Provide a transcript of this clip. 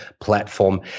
platform